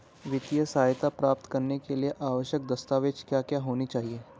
वित्तीय सहायता प्राप्त करने के लिए आवश्यक दस्तावेज क्या क्या होनी चाहिए?